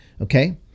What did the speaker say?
okay